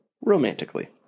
romantically